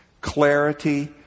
Clarity